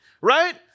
right